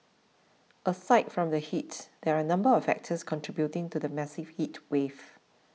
aside from the heat there are a number of factors contributing to the massive heatwave